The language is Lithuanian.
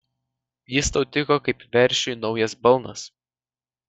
jis tau tiko kaip veršiui naujas balnas